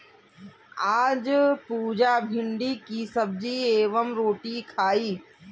आज पुजा भिंडी की सब्जी एवं रोटी खाई